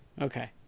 Okay